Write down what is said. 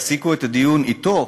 שיפסיקו את הדיון אתו,